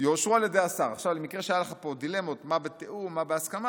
יאושרו על ידי השר" במקרה שהיו לך פה דילמות מה בתיאום ומה בהסכמה,